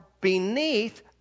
beneath